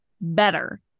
better